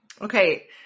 Okay